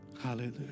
Hallelujah